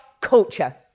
culture